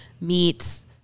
meets